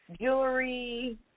jewelry